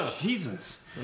Jesus